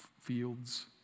fields